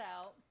out